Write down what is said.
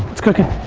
what's cooking?